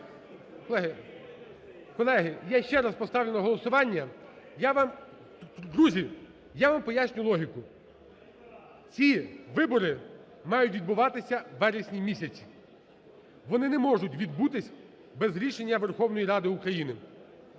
Колеги, я ще раз поставлю на голосування. Друзі, я вам пояснюю логіку. Ці вибори мають відбуватися у вересні місяці. Вони не можуть відбутися без рішення Верховної Ради України.